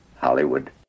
Hollywood